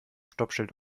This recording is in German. stoppschild